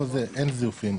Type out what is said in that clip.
פה אין זיופים,